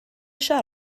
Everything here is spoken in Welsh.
eisiau